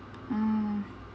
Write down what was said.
ah